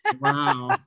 Wow